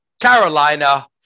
Carolina